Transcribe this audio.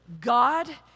God